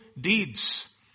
deeds